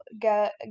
get